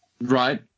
Right